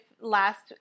last